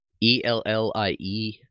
E-L-L-I-E